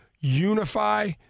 unify